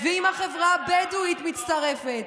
ואם החברה הבדואית מצטרפת,